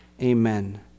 Amen